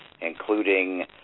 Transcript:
including